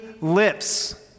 lips